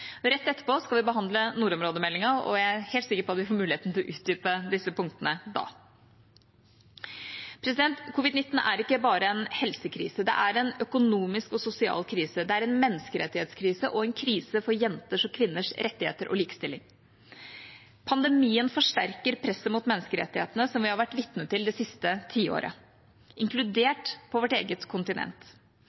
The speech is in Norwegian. Rett etterpå skal vi behandle nordområdemeldinga, og jeg er helt sikker på at vi får muligheten til å utdype disse punktene da. Covid-19 er ikke bare en helsekrise. Det er en økonomisk og sosial krise, det er en menneskerettighetskrise, og det er en krise for jenters og kvinners rettigheter og likestilling. Pandemien forsterker presset mot menneskerettighetene som vi har vært vitne til det siste tiåret – inkludert på vårt eget kontinent.